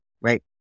right